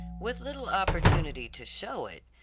with little opportunity to show it,